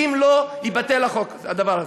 אם לא יתבטל הדבר הזה.